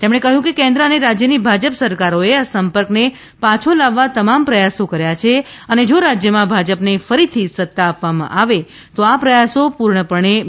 તેમણે કહ્યું કે કેન્દ્ર અને રાજ્યની ભાજપ સરકારોએ આ સંપર્કને પાછો લાવવા તમામ પ્રયાસો કર્યા છે અને જો રાજ્યમાં ભાજપને ફરીથી સત્તા આપવામાં આવે તો આ પ્રયાસો પૂર્ણપણે મજબૂત બનાવવામાં આવશે